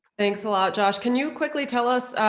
thanks a lot, josh. can you quickly tell us,